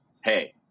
hey